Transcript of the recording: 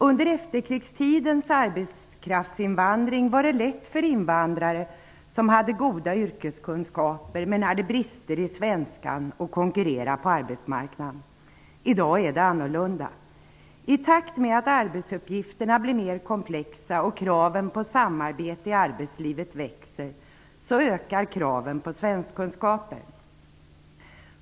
Under efterkrigstidens arbetskraftsinvandring var det lätt för invandrare som hade goda yrkeskunskaper, men som hade brister i svenska språket, att konkurrera på arbetsmarknaden. I dag är situationen annorlunda. I takt med att arbetsuppgifterna blir mer komplexa och kraven på samarbete i arbetslivet växer ökar kraven på svenskkunskaper.